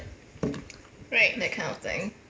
right